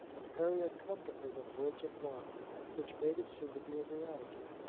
and harry had come to her with words of love which made it seem to be a reality.